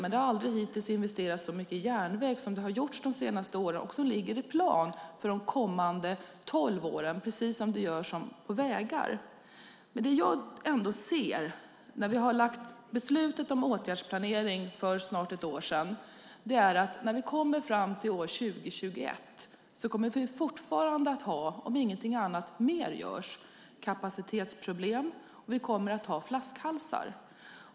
Men det har hittills aldrig investerats så mycket i järnväg som har gjorts de senaste åren och som ligger i plan de kommande tolv åren precis som det görs på vägar. Vi fattade beslutet om åtgärdsplanering för snart ett år sedan. När vi kommer fram till år 2021 kommer vi fortfarande att ha, om ingenting annat mer görs, kapacitetsproblem och flaskhalsar.